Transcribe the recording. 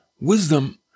Wisdom